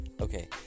Okay